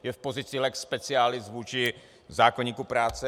Je v pozici lex specialis vůči zákoníku práce.